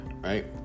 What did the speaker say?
right